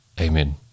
Amen